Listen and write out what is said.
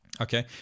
okay